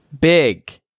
big